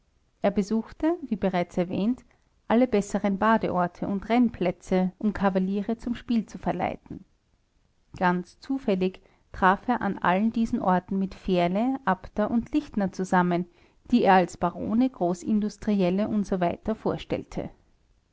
er besuchte wie bereits erwähnt alle besseren badeorte und rennplätze um kavaliere zum spiel zu verleiten ganz zufällig traf er an allen diesen orten mit fährle abter und lichtner zusammen die er als barone großindustrielle usw vorstelle